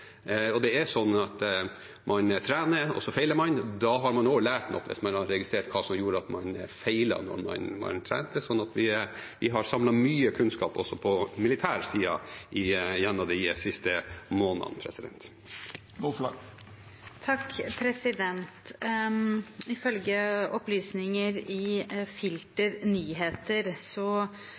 Det er sånn at man trener, og så feiler man. Da har man også lært noe, hvis man har registrert hva som gjorde at man feilet da man trente – så vi har samlet mye kunnskap også på militærsiden gjennom de siste månedene. Ifølge opplysninger i Filter Nyheter